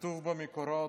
כתוב במקורות: